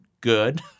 Good